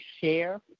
share